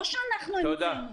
לא שאנחנו המצאנו?